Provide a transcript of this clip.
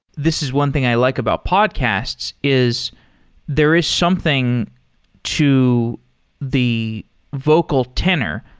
this is one thing i like about podcasts, is there is something to the vocal tenor.